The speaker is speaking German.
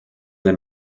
sein